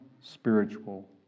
spiritual